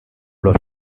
los